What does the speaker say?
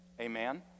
amen